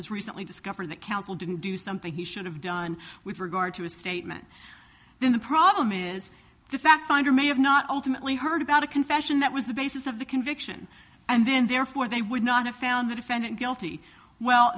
was recently discovered that council didn't do something he should have done with regard to a statement then the problem is the fact finder may have not ultimately heard about a confession that was the basis of the conviction and then therefore they would not have found the defendant guilty well